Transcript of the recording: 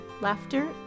laughter